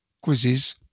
quizzes